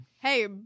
hey